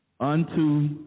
Unto